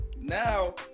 now